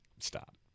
stop